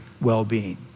well-being